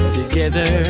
together